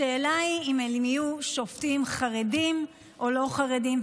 השאלה היא האם אלה יהיו שופטים חרדים או לא חרדים.